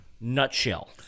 nutshell